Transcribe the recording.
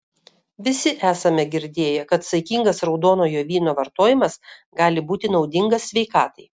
visi esame girdėję kad saikingas raudonojo vyno vartojimas gali būti naudingas sveikatai